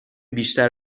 بیشتر